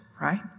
right